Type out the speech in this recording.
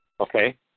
Okay